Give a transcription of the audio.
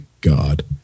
god